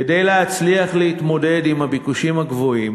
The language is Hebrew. כדי להצליח להתמודד עם הביקושים הגבוהים